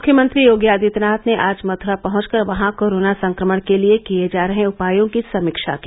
मुख्यमंत्री योगी आदित्यनाथ ने आज मथुरा पहुंच कर वहां कोरोना नियंत्रण के लिये किये जा रहे उपायों की समीक्षा की